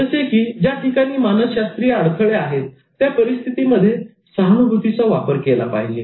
जसे की ज्या ठिकाणी मानसशास्त्रीय अडथळे आहेत त्या परिस्थितीत सहानुभूतीचा वापर केला पाहिजे